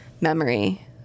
memory